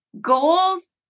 goals